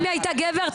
אם היא הייתה גבר,